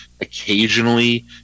Occasionally